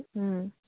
ꯎꯝ